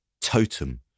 totem